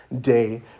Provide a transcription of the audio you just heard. day